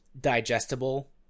digestible